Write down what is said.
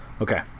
okay